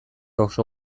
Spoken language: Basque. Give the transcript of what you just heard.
oso